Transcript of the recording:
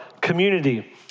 community